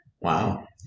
Wow